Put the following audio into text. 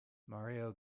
mario